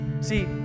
see